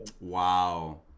Wow